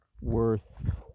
worth